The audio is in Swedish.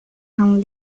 han